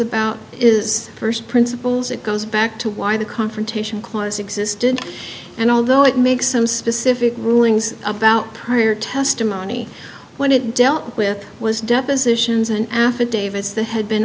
about is first principles it goes back to why the confrontation clause existed and although it makes some specific rulings about prior testimony when it dealt with was depositions and affidavits the had been